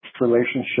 relationship